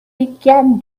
began